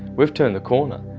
we've turned the corner.